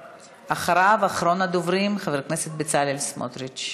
אחריו, אחרון הדוברים, חבר הכנסת בצלאל סמוטריץ.